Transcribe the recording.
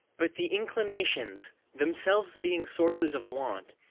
but the inclinations, themselves being sources of want,